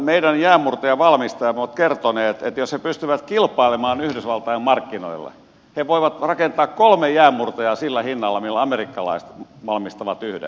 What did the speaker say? meidän jäänmurtajavalmistajamme ovat kertoneet että jos he pystyvät kilpailemaan yhdysvaltain markkinoilla he voivat rakentaa kolme jäänmurtajaa sillä hinnalla millä amerikkalaiset valmistavat yhden